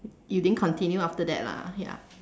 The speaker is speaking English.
you didn't continue after that lah yup